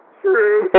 True